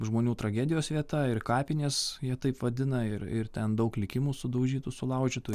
žmonių tragedijos vieta ir kapinės jie taip vadina ir ir ten daug likimų sudaužytų sulaužytų